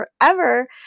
forever